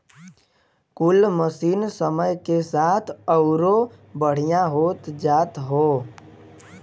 कुल मसीन समय के साथ अउरो बढ़िया होत जात हौ